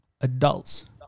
adults